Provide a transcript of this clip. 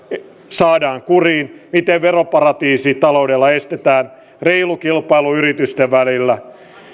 saadaan kuriin miten veroparatiisitaloudella estetään reilu kilpailu yritysten välillä